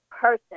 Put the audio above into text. person